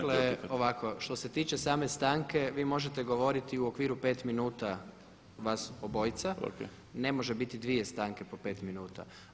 Dakle, ovako, što se tiče same stanke, vi možete govoriti u okviru 5 minuta vas obojica, ne može biti dvije stanke po 5 minuta.